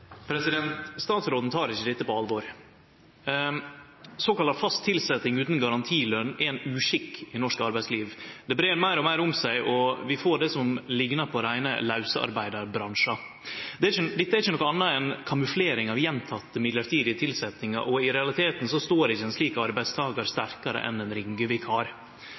Statsråden tek ikkje dette på alvor. Såkalla fast tilsetjing utan garantiløn er ein uskikk i norsk arbeidsliv. Det breier meir og meir om seg, og vi får det som liknar reine lausarbeidarbransjen. Dette er ikkje noko anna enn kamuflering av gjentekne mellombelse tilsetjingar, og i realiteten står ikkje ein slik arbeidstakar sterkare en ein